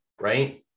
right